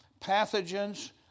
pathogens